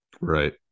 Right